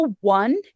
one